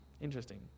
interesting